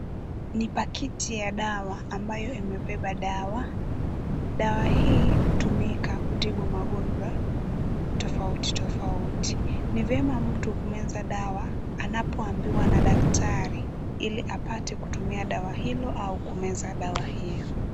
Ni pakiti ya dawa ambayo imebeba dawa, dawa hii utumika kutibu magonjwa tofauti tofauti, ni vyema mtu kumeza dawa anapoambiwa na daktari ,ili apate kutumia dawa hilo au kumeza dawa hiyo.